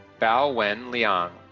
bao wen liang,